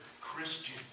Christian